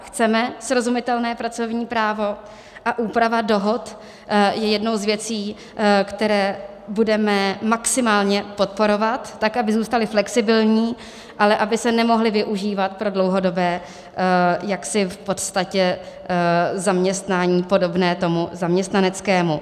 Chceme srozumitelné pracovní právo a úprava dohod je jednou z věcí, které budeme maximálně podporovat tak, aby zůstaly flexibilní, ale aby se nemohly využívat pro dlouhodobé v podstatě zaměstnání podobné tomu zaměstnaneckému.